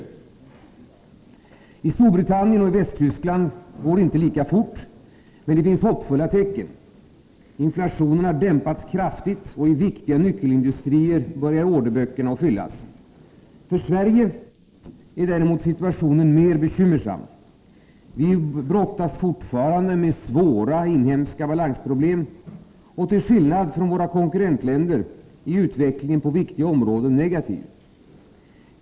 I Storbritannien och Västtyskland går inte uppgången lika fort, men det finns hoppfulla tecken. Inflationen har dämpats kraftigt, och i viktiga nyckelindustrier börjar orderböckerna fyllas. För Sverige är däremot situationen mer bekymmersam. Vi brottas fortfarande med svåra inhemska balansproblem. Och till skillnad från våra konkurrentländer är utvecklingen på viktiga områden negativ.